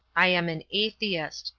i am an atheist,